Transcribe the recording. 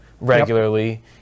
regularly